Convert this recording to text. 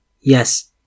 yes